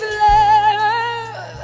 love